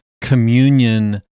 communion